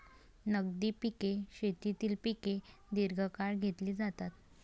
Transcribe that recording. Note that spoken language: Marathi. नगदी पिके शेतीतील पिके दीर्घकाळ घेतली जातात